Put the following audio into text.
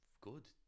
good